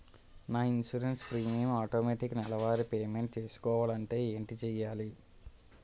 నా insurance premium automatic నెలవారి payment చేసుకోవాలంటే ఏంటి చేయాలి?